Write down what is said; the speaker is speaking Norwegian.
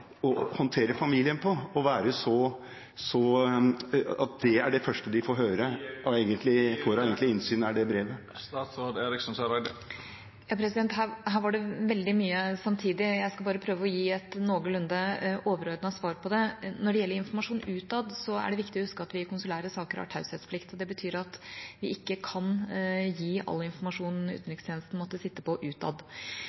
håndtere familien på, at det er det første de får høre, og at det de egentlig får av innsyn, er det brevet? Tida er ute. Her var det veldig mye samtidig. Jeg skal prøve å gi et noenlunde overordnet svar på det. Når det gjelder informasjon utad, er det viktig å huske at vi i konsulære saker har taushetsplikt. Det betyr at vi ikke kan gi all informasjonen utenrikstjenesten måtte sitte på, utad. Så har ikke vi noen informasjon